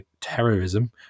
terrorism